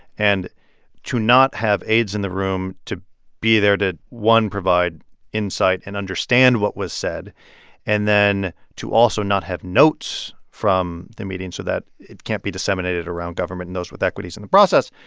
and to not have aides in the room to be there to, one, provide insight and understand what was said and then to also not have notes from the meeting so that it can't be disseminated around government and those with equities in the process,